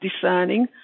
discerning